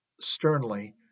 sternly